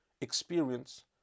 experience